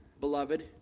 beloved